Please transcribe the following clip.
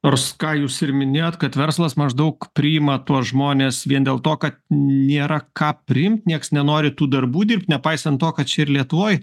nors ką jūs ir minėjot kad verslas maždaug priima tuos žmones vien dėl to kad nėra ką priimt nieks nenori tų darbų dirbt nepaisant to kad čia ir lietuvoj